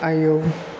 आयौ